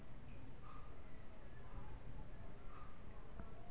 माटी के पी.एच मान कइसे मापथे?